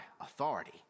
authority